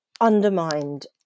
undermined